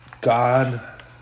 God